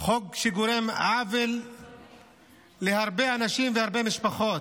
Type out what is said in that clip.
חוק שגורם עוול להרבה אנשים והרבה משפחות,